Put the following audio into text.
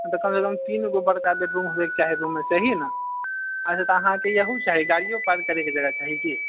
कमसँ कम तीनगो बरका बेडरूम होबएके चाही रूममे सेही ने अच्छा तऽ अहाँकेँ इहो चाही गाड़ियो पार्क करएके जगह चाही की